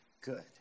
good